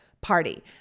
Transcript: party